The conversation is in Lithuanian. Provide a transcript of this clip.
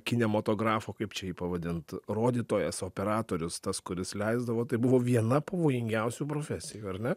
kinematografo kaip čia jį pavadint rodytojas operatorius tas kuris leisdavo tai buvo viena pavojingiausių profesijų ar ne